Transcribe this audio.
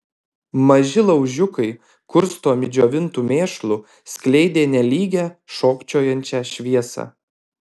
maži laužiukai kurstomi džiovintu mėšlu skleidė nelygią šokčiojančią šviesą